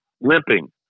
limping